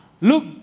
look